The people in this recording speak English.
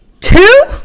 Two